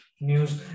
news